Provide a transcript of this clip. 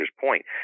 point